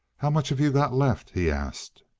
how much have you got left? he asked.